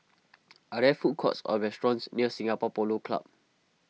are there food courts or restaurants near Singapore Polo Club